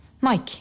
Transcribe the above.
Mike